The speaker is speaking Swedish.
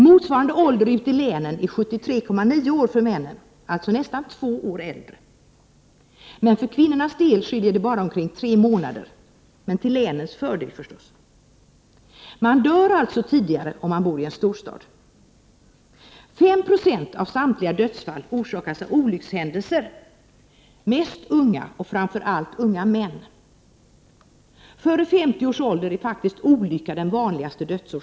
Motsvarande ålder ute i länen är 73,9 år för männen — de blir alltså nästan två år äldre. Men för kvinnornas del skiljer det bara omkring tre månader -— till länens fördel förstås. Man dör alltså tidigare om man bor i en storstad. 5 96 av samtliga dödsfall orsakas av olyckshändelser. Mest unga och framför allt unga män drabbas. Före 50 års ålder är olycka den vanligaste dödsorsaken.